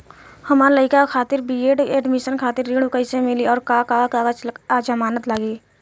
हमार लइका खातिर बी.ए एडमिशन खातिर ऋण कइसे मिली और का का कागज आ जमानत लागी?